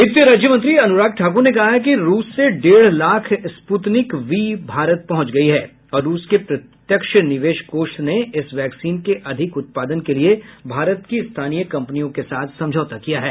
वित्त राज्यमंत्री अनुराग ठाकुर ने कहा है कि रूस से डेढ़ लाख स्पुतनिक वी भारत पहुंच गई हैं और रूस के प्रत्यक्ष निवेश कोष ने इस वैक्सीन के अधिक उत्पादन के लिए भारत की स्थानीय कंपनियों के साथ समझौता किया है